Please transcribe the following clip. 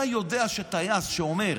אתה יודע שטייס שאומר: